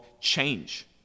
change